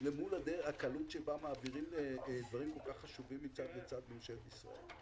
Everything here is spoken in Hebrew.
מול הקלות בה מעבירים דברים כל כך חשובים מצד לצד בממשלת ישראל?